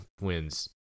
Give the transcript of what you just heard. wins